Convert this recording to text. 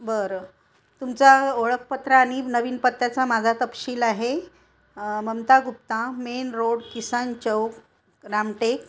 बरं तुमचा ओळखपत्र आणि नवीन पत्त्याचा माझा तपशील आहे ममता गुप्ता मेन रोड किसान चौक रामटेक